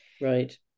right